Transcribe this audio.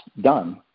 done –